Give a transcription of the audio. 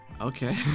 okay